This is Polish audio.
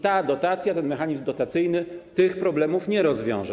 Ta dotacja, ten mechanizm dotacyjny tych problemów nie rozwiąże.